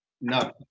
No